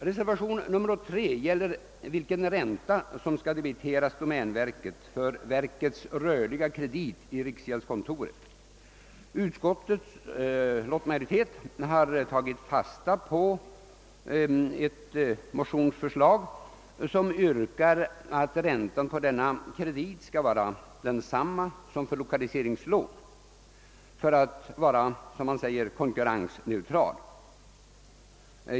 Reservationen 3 gäller vilken ränta som skall debiteras domänverket för dess rörliga kredit i riksgäldskontoret. Utskottets lottmajoritet har tagit fasta på ett motionsförslag, enligt vilket räntan på denna kredit skall vara densamma som på lokaliseringslån för att därigenom göras, som man säger, konkurrensneutral.